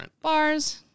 bars